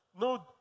No